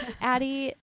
Addie